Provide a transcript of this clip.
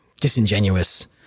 disingenuous